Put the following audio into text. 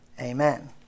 Amen